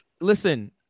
Listen